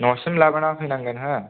न'सिम लाबोनानै होफैनांगोन हो